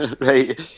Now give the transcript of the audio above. Right